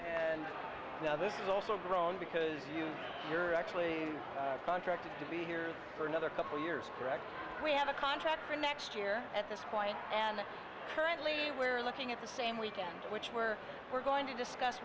know this is also growing because you you're actually contracted to be here for another couple years right we have a contract for next year at this point and currently we're looking at the same weekend which were we're going to discuss